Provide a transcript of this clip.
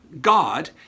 God